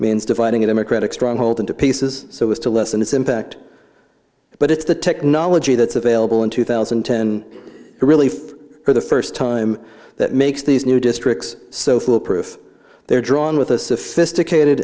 means dividing them a critic stronghold into pieces so as to lessen its impact but it's the technology that's available in two thousand and ten relief for the first time that makes these new districts so foolproof they're drawn with a sophisticated